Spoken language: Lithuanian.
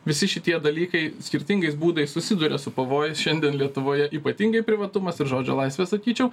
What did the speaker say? visi šitie dalykai skirtingais būdais susiduria su pavojais šiandien lietuvoje ypatingai privatumas ir žodžio laisvė sakyčiau